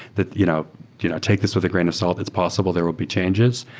that you know you know take this with a grain of salt. it's possible there will be changes.